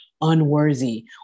unworthy